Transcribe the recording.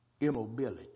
immobility